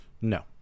No